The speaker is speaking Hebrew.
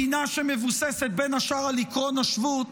מדינה שמבוססת, בין השאר, על עקרון השבות,